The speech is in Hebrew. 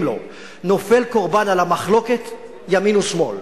לו נופל קורבן על המחלוקת ימין ושמאל.